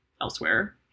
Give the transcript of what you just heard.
elsewhere